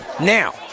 now